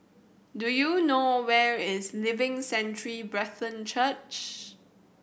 do you know where is Living Sanctuary Brethren Church